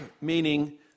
meaning